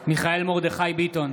מיכאל מרדכי ביטון,